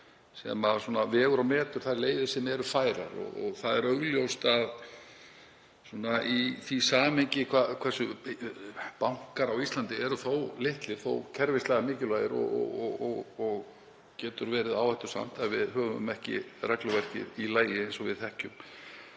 vegnar eru og metnar þær leiðir sem eru færar. Það er augljóst í því samhengi hversu bankar á Íslandi eru litlir þótt kerfislega mikilvægir séu og getur verið áhættusamt ef við höfum regluverkið ekki í lagi eins og við þekkjum.